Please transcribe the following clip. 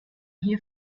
hier